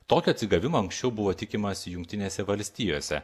tokio atsigavimo anksčiau buvo tikimąsi jungtinėse valstijose